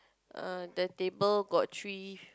err the table got three